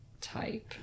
type